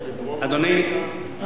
אדוני,